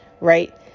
right